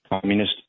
communist